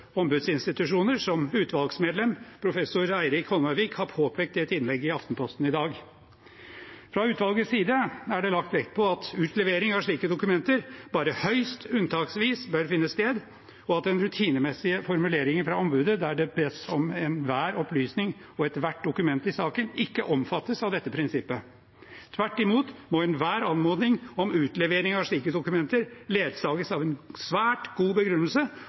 ombudsinstitusjoner, slik utvalgsmedlem, professor Eirik Holmøyvik, har påpekt i et innlegg i Aftenposten i dag. Fra utvalgets side er det lagt vekt på at utlevering av slike dokumenter bare høyst unntaksvis bør finne sted, og at den rutinemessige formuleringen fra ombudet der det bes om «enhver opplysning og ethvert dokument i saken», ikke omfattes av dette prinsippet. Tvert imot må enhver anmodning om utlevering av slike dokumenter ledsages av en svært god begrunnelse